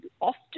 often